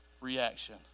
reaction